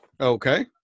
Okay